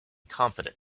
confident